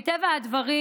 מטבע הדברים,